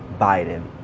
Biden